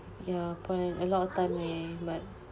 ya but a lot of time eh but